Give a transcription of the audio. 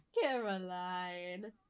Caroline